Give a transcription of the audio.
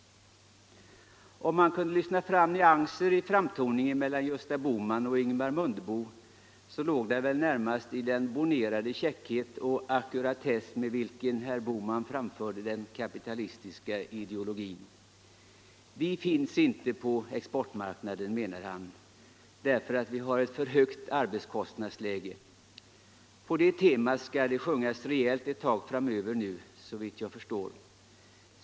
Om man kunde lyssna fram nyanser i framtoningen mellan Gösta Bohman och Ingemar Mundebo skulle det närmast vara den bornerade käckhet och ackuratess med vilken herr Bohman framförde den kapitalistiska ideologin. Vi finns inte på exportmarknaden, menade han, därför att vi har ett för högt arbetskostnadsläge. På det temat skall det sjungas rejält ett tag framöver nu, såvitt jag förstår.